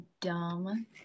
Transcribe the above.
dumb